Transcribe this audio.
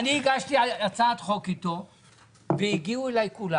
אני הגשתי הצעת חוק איתו והגיעו אלי כולם